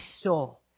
soul